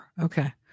Okay